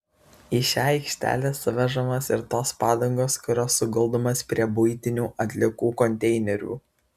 į šią aikštelę suvežamos ir tos padangos kurios suguldomos prie buitinių atliekų konteinerių